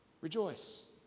Rejoice